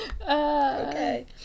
okay